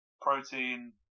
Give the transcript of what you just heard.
protein